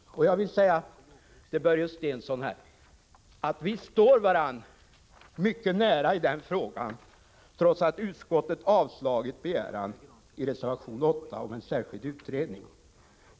Jag vill säga till Börje Stensson: Vi står varandra mycket nära i den frågan, trots att utskottet har avstyrkt den begäran som uttrycks i reservation 8 om en särskild utredning.